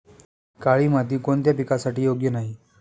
काळी माती कोणत्या पिकासाठी योग्य नाही?